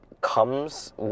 comes